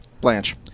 Blanche